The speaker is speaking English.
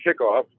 kickoff